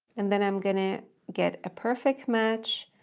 and then i'm going to get a perfect match,